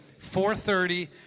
4.30